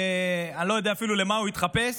אני לא יודע אפילו למה הוא התחפש,